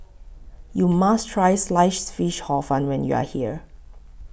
YOU must Try Sliced Fish Hor Fun when YOU Are here